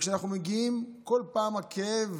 כשאנחנו מגיעים, הכאב